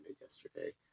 yesterday